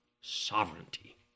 sovereignty